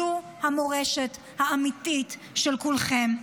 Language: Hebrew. זו המורשת האמיתית של כולכם.